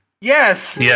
Yes